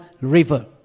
River